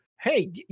hey